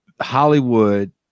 Hollywood